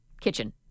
kitchen